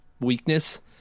weakness